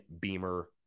Beamer